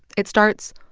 it starts,